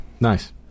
Nice